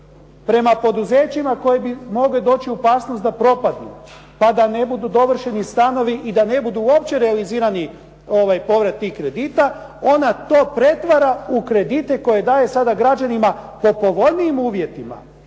prema poduzećima koji bi mogli doći u opasnost da propadnu pa da ne budu dovršeni stanovi i da ne budu uopće realizirani povrat tih kredita ona to pretvara u kredite koje daje sada građanima po povoljnijim uvjetima.